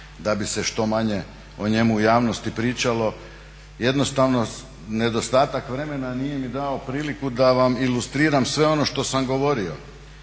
da bi se što manje o njemu u javnosti pričalo, jednostavno nedostatak vremena nije mi dao priliku da vam ilustriram sve ono što sam govorio.